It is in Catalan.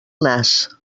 nas